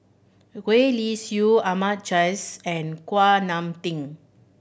Gwee Li Sui Ahmad Jais and Kuak Nam Tin